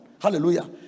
Hallelujah